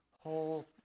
whole